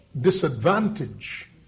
disadvantage